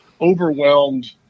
overwhelmed